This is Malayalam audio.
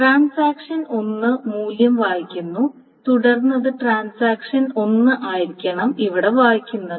ട്രാൻസാക്ഷൻ 1 മൂല്യം വായിക്കുന്നു തുടർന്ന് അത് ട്രാൻസാക്ഷൻ 1 ആയിരിക്കണം ഇവിടെ വായിക്കുന്നത്